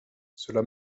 cela